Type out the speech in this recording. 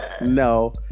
No